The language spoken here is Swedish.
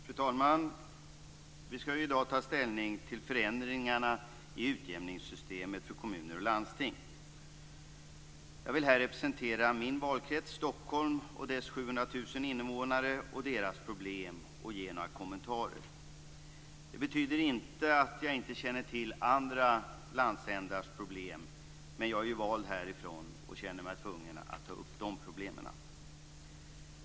Fru talman! Vi skall i dag ta ställning till förändringarna i utjämningssystemet för kommuner och landsting. Jag vill här representera min valkrets Stockholm och dess 700 000 invånare, med deras problem, och göra några kommentarer till detta. Det här betyder inte att jag inte känner till andra landsändars problem, men jag är vald här och känner mig tvungen att ta upp denna stads problem.